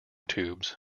tubes